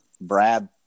brad